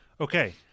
Okay